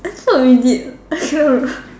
that's not really accurate